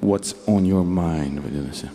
vats on jo main vadinasi